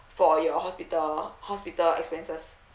for your hospital hospital expenses